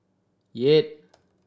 eight